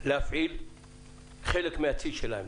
להפעיל חלק מן הצי שלהן.